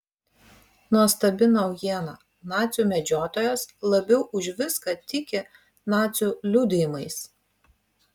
nuostabi naujiena nacių medžiotojas labiau už viską tiki nacių liudijimais